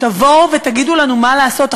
תבואו ותגידו לנו מה לעשות.